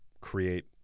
create